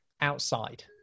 outside